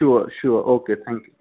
sure sure okay thank you